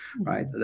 Right